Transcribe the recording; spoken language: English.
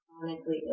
chronically